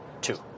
two